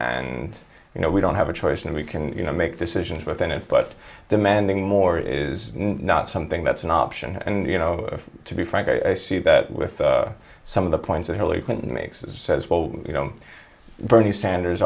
and you know we don't have a choice and we can you know make decisions within it but demanding more is not something that's an option and you know to be frank i see see that with some of the points that hillary clinton makes says well you know bernie sanders